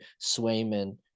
Swayman